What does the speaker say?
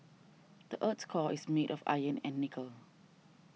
the earth's core is made of iron and nickel